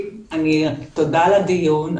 תודה על הדיון.